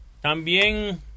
También